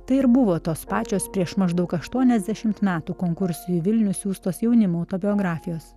tai ir buvo tos pačios prieš maždaug aštuoniasdešimt metų konkursui į vilnių siųstos jaunimo autobiografijos